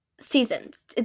Seasons